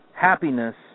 happiness